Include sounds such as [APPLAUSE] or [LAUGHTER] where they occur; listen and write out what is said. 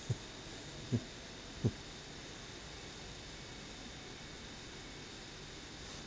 [LAUGHS]